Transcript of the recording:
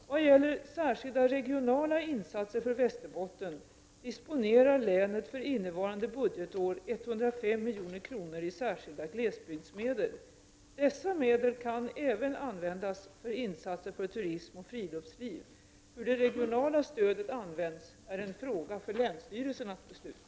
Vad gäller särskilda regionala insatser för Västerbotten disponerar länet för innevarande budgetår 105 milj.kr. i särskilda glesbygdsmedel. Dessa medel kan även användas för insatser för turism och friluftsliv. Hur det regionala stödet används är en fråga för länsstyrelsen att besluta om.